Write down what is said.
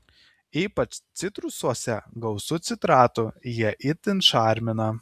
ypač citrusuose gausu citratų jie itin šarmina